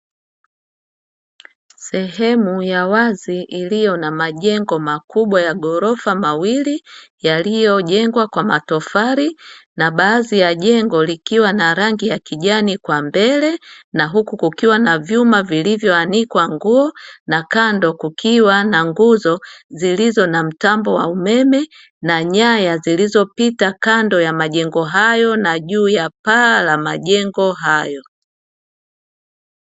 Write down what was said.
Sehemu ya wazi iliyo na majengo makubwa ya ghorofa mawili yaliyojengwa kwa matofali, na baadhi ya jengo likiwa na rangi ya kijani kwa mbele. Na huku kukiwa na vyuma vilivyoanikwa nguo, na kando kukiwa nguzo zilizo na mtambo wa umeme, na nyaya zilizopita kando ya majengo hayo na juu ya paa la majengo hayo.